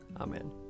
Amen